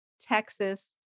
Texas